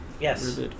Yes